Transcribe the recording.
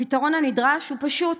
הפתרון הנדרש הוא פשוט: